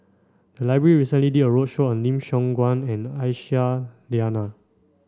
the library recently did a roadshow on Lim Siong Guan and Aisyah Lyana